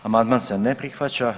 Amandman se ne prihvaća.